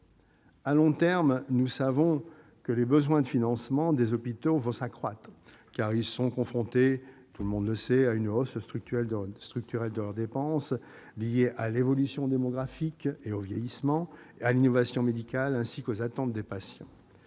À long terme, nous savons que les besoins de financement des hôpitaux vont s'accroître, car ceux-ci sont confrontés à une hausse structurelle de leurs dépenses, liée à l'évolution démographique, au vieillissement et à l'innovation médicale, ainsi qu'aux attentes des patients.